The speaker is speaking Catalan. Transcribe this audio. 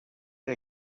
era